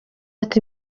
ati